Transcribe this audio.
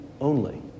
only